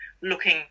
looking